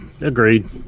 agreed